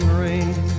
rain